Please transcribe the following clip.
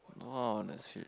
!wow! that's really